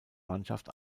mannschaft